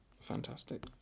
fantastic